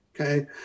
Okay